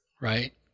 right